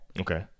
Okay